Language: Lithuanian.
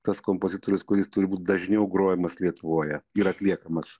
tas kompozitorius kuris turi būt dažniau grojamas lietuvoje ir atliekamas